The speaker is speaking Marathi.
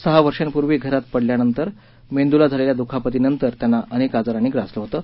सहा वर्षांपूर्वी घरात पडल्यानंतर मेंदूला झालेल्या दुखापतींनंतर त्यांना अनेक आजारांनी ग्रासलं होतं